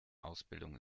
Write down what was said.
ausbildung